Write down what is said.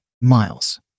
Miles